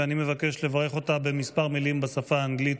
ואני מבקש לברך אותה בכמה מילים בשפה האנגלית,